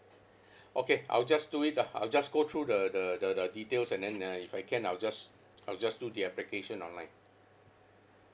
okay I will just do it ah I will just go through the the the the details and then uh if I can I will just I'll just do the application online